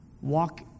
Walk